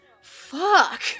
Fuck